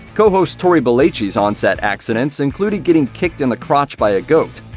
co-host tory belleci's on-set accidents included getting kicked in the crotch by a goat,